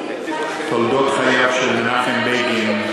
תולדות חייו של מנחם בגין,